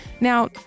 Now